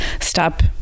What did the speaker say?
stop